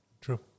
True